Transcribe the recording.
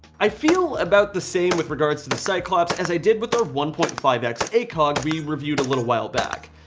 i feel about the same with regards to the cyclops as i did with our one point five x eight cog we reviewed a little while back.